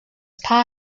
paar